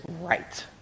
right